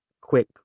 quick